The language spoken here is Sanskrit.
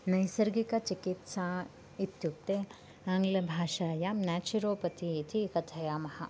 नैसर्गिकचिकित्सा इत्युक्ते आङ्गलभाषायां नेचुरोपथि इति कथयामः